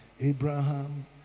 Abraham